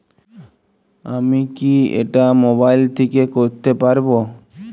আমি কি এটা মোবাইল থেকে করতে পারবো?